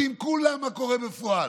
כולם יודעים מה קורה בפועל.